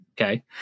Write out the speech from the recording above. Okay